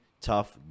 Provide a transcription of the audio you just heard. tough